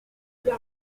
c’est